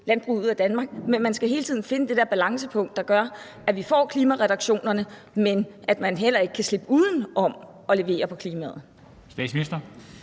landbruget ud af Danmark, men man skal hele tiden finde det balancepunkt, der gør, at vi får klimareduktionerne, men at man heller ikke kan slippe uden om at levere på klimaet.